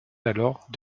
d’alors